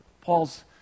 Paul's